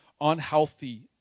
unhealthy